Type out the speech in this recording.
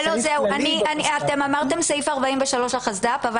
זה סעיף כללי בפסד"פ.